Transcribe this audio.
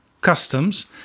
customs